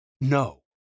No